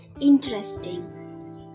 interesting